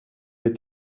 est